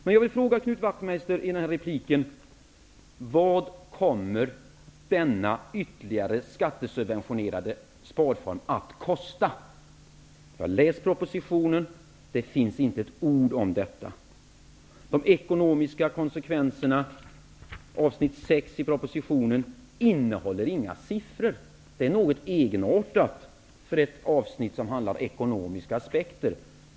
Jag vill ställa en fråga till Knut Wachtmeister. Vad kommer denna ytterligare skattesubventionerade sparform att kosta? Jag har läst propositionen. Det finns inte ett ord om detta där. Avsnitt 6 i propositionen, där de ekonomiska konsekvenserna tas upp, innehåller inga siffror. Det är något egenartat för ett avsnitt som handlar om ekonomiska aspekter.